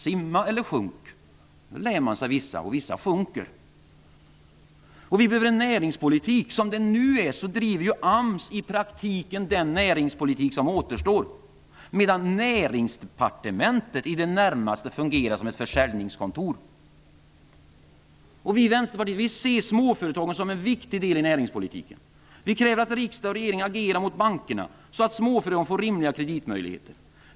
Vissa lär sig då att simma medan andra sjunker. Vi behöver också en näringspolitik. I dag driver AMS i praktiken den näringspolitik som återstår, medan Näringsdepartementet i det närmaste fungerar som ett försäljningskontor. Vi i Vänsterpartiet ser småföretagen som en viktig del i näringspolitiken. Vi kräver att riksdag och regering agerar mot bankerna så att småföretagen får rimliga kreditmöjligheter.